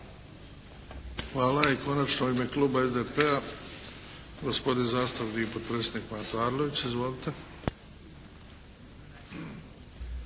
Hvala. I konačno u ime kluba SDP-a, gospodi zastupnik i potpredsjednik Mato Arlović. Izvolite.